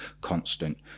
constant